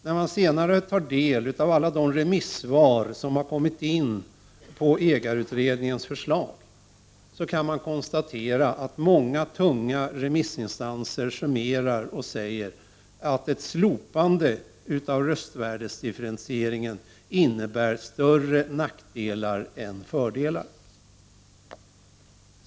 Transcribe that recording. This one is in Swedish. När man senare tar del av alla de remissvar som har kommit in med anledning av ägarutredningens förslag kan man konstatera att många tunga remissinstanser drar slutsatsen att ett slopande av röstvärdesdifferentieringen innebär större nackdelar än fördelar.